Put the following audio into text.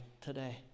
today